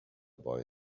boy